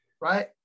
right